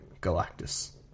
Galactus